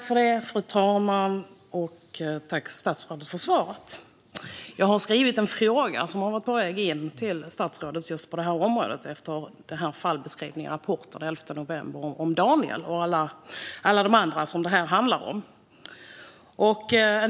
Fru talman! Jag tackar statsrådet för svaret. Jag har skrivit en fråga på detta område som har varit på väg in till statsrådet, efter fallbeskrivningen i Rapport den 11 november om Daniel och alla de andra som det här handlar om.